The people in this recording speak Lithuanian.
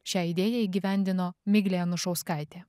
šią idėją įgyvendino miglė anušauskaitė